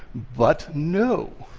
but no.